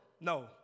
No